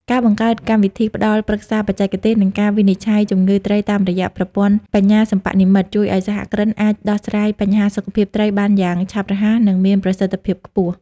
ការបង្កើតកម្មវិធីផ្តល់ប្រឹក្សាបច្ចេកទេស និងការវិនិច្ឆ័យជំងឺត្រីតាមរយៈប្រព័ន្ធបញ្ញាសិប្បនិម្មិត ជួយឱ្យសហគ្រិនអាចដោះស្រាយបញ្ហាសុខភាពត្រីបានយ៉ាងឆាប់រហ័ស និងមានប្រសិទ្ធភាពខ្ពស់។